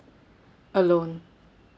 alone